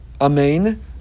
Amen